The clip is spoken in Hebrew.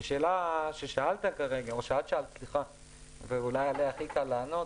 לגבי השאלה ששאלת כרגע ועליה הכי קל לענות